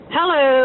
Hello